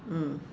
mm